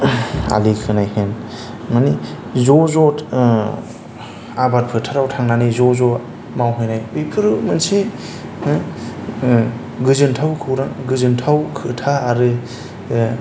आलि खोनाय होन माने ज' ज' आबाद फोथाराव थांनानै ज' ज' मावहैनाय बेफोरो मोनसे गोजोन्थाव खौरां गोजोन्थाव खोथा आरो